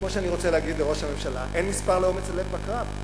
כמו שאני רוצה להגיד לראש הממשלה: אין מספר לאומץ הלב בקרב.